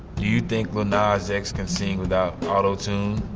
you think lil nas x can sing without autotune?